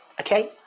okay